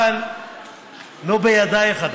אבל לא בידייך הדבר,